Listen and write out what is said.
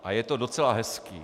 A je to docela hezké.